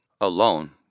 alone